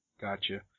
Gotcha